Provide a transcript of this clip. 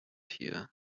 here